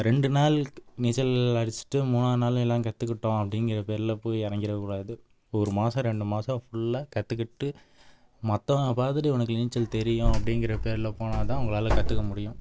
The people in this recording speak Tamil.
ரெண்டு நாள் நீச்சல் அடிச்சிட்டு மூணாவது நாள் எல்லாம் கற்றுக்கிட்டோம் அப்படிங்கிற பேர்ல போய் இறங்கிறக்கூடாது ஒரு மாசம் ரெண்டு மாசம் ஃபுல்லா கற்றுக்கிட்டு மற்றவங்க பார்த்துட்டு உனக்கு நீச்சல் தெரியும் அப்படிங்கிற பேர்ல போனால் தான் உங்களால் கற்றுக்க முடியும்